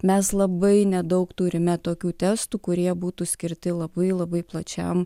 mes labai nedaug turime tokių testų kurie būtų skirti labai labai plačiam